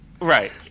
Right